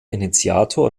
initiator